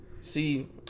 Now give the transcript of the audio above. See